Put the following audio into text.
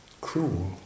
cruel